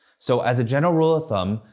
so as a general rule of thumb,